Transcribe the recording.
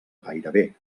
gairebé